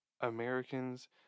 Americans